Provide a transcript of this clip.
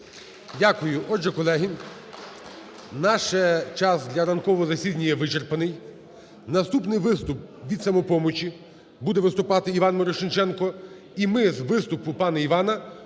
Дякую. Отже, колеги, наш час для ранкового засідання вичерпаний. Наступний виступ від "Самопомочі", буде виступати Іван Мірошниченко і ми з виступу пана Івана